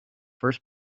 first